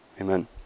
Amen